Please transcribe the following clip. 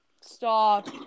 Stop